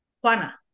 Juana